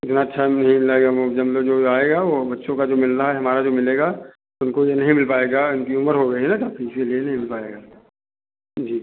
कितना अच्छा हम लोग जो भी आएगा वो बच्चों का जो मिलना है हमारा जो मिलेगा इनको तो नहीं मिल पाएगा इनकी उम्र हो गई है ना काफी इसलिए नहीं मिल पाएगा जी